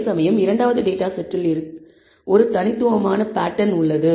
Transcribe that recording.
அதேசமயம் இரண்டாவது டேட்டா செட்டில் இருக்கு ஒரு தனித்துவமான வடிவம்பேட்டர்ன் pattern உள்ளது